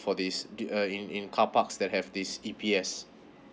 for this uh in in carparks that have this E_P_S